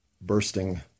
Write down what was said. bursting